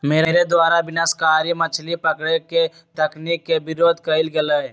मेरे द्वारा विनाशकारी मछली पकड़े के तकनीक के विरोध कइल गेलय